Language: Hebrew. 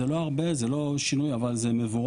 זה לא הרבה, זה לא שינוי אבל זה מבורך.